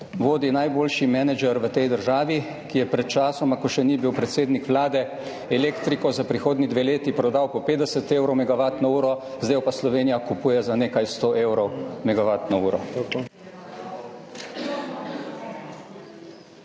vodi najboljši menedžer v tej državi, ki je pred časoma, ko še ni bil predsednik Vlade elektriko za prihodnji dve leti prodal po 50 evrov megavatno uro sedaj jo pa Slovenija kupuje za nekaj 100 evrov megavatno uro.